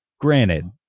granted